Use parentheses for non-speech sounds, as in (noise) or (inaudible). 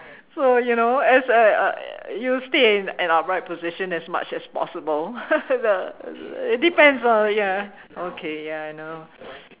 so you know as I you stay in an upright position as much as possible (laughs) the it depends uh ya okay ya I know